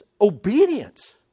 obedience